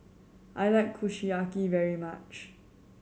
I like Kushiyaki very much